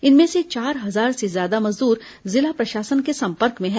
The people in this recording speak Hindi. इनमें से चार हजार से ज्यादा मजदूर जिला प्रशासन के संपर्क में हैं